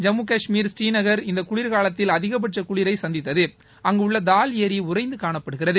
ஜம்மு கஷ்மீர் ஸ்ரீநகர் இந்த குளிர்காலத்தில் அதிகபட்ச குளிரை சந்தித்தது அங்குள்ள தால் ஏரி உறைந்து காணப்படுகிறது